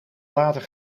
later